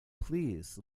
please